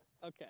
Okay